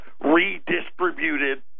redistributed